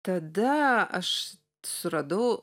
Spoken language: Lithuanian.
tada aš suradau